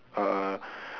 uh